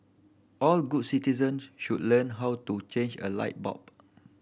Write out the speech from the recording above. all good citizens should learn how to change a light bulb